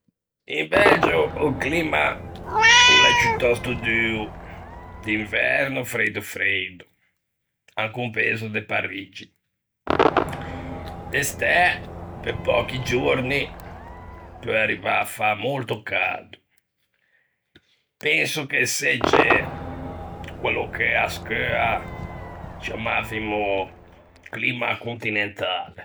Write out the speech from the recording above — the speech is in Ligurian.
In Belgio o climma o l'é ciutòsto duo, d'inverno freido freido, ancon pezo de Pariggi, de stæ, pe pöchi giorni, peu arrivâ à fâ molto cado. Penso che segge quello che à scheua ciammavimo climma continentale.